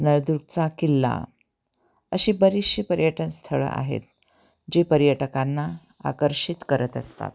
नळदूरचा किल्ला अशी बरीचशी पर्यटन स्थळं आहेत जे पर्यटकांना आकर्षित करत असतात